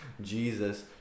Jesus